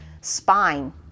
spine